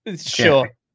Sure